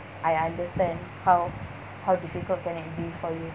I understand how how difficult can it be for you